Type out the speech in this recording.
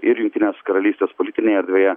ir jungtinės karalystės politinėje erdvėje